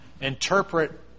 interpret